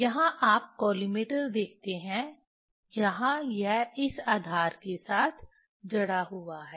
यहां आप कॉलिमेटर देखते हैं यहां यह इस आधार के साथ जड़ा हुआ है